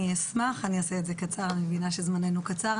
אני אעשה את זה קצר, אני מבינה שזמננו קצר.